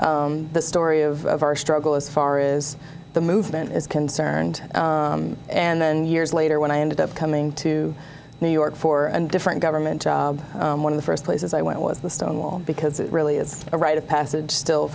the story of struggle as far is the movement is concerned and then years later when i ended up coming to new york for and different government one of the first places i went was the stonewall because it really is a rite of passage still